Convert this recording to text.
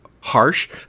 harsh